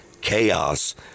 chaos